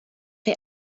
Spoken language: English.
the